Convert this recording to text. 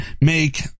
make